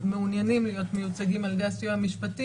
מעוניינים להיות מיוצגים על ידי הסיוע המשפטי,